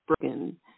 broken